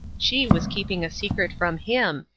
she was keeping a secret from him,